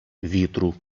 вітру